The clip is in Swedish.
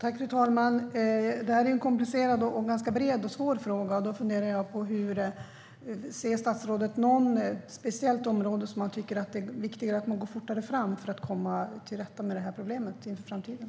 Fru talman! Detta är en komplicerad och ganska bred och svår fråga. Ser statsrådet något speciellt område där han tycker att det är viktigare att man går fortare fram för att komma till rätta med problemet inför framtiden?